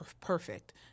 perfect